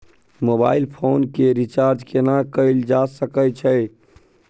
Mobile phone के recharge केना कैल जा सकै छै?